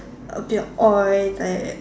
a bit of oil like that